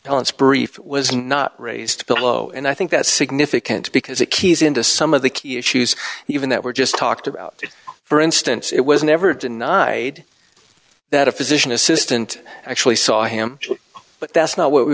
talents brief was not raised below and i think that's significant because it keys into some of the key issues even that we're just talked about for instance it was never denied that a physician assistant actually saw him but that's not what we